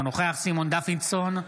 אינו נוכח סימון דוידסון,